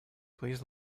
please